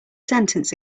sentence